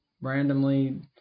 randomly